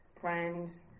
friends